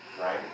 Right